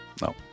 No